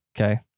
Okay